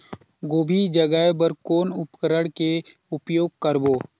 गोभी जगाय बर कौन उपकरण के उपयोग करबो?